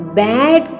bad